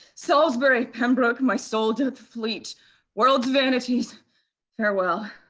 salisbury, pembroke, my soul doth fleet world's vanities farewell.